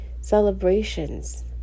celebrations